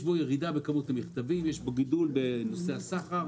יש בו ירידה בכמות המכתבים וגידול בנושא הסחר,